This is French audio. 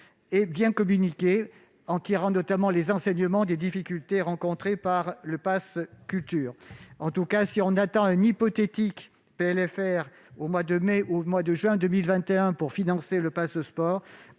et bien communiquer, en tirant notamment les enseignements des difficultés rencontrées par le pass culture. En tout cas, si l'on attend un hypothétique PLFR, au mois de mai ou de juin 2021, pour financer le Pass'Sport,